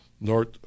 North